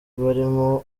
barimo